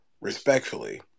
respectfully